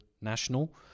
national